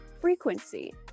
frequency